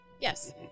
yes